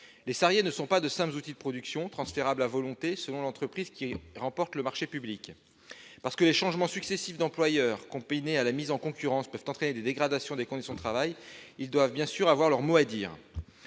Les salariés ne sont pas de simples outils de production transférables à volonté à l'entreprise qui remporte le marché public. Les changements successifs d'employeur, combinés à la mise en concurrence, pouvant entraîner une dégradation des conditions de travail, ils doivent avoir leur mot à dire,